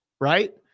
right